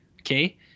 okay